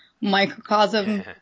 microcosm